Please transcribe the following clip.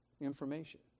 information